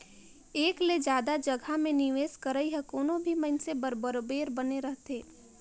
एक ले जादा जगहा में निवेस करई ह कोनो भी मइनसे बर बरोबेर बने रहथे